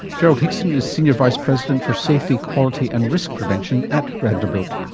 gerald hickson is senior vice president for safety, quality and risk prevention at vanderbilt.